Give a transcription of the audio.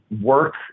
work